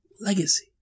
legacy